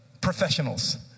professionals